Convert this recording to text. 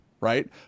right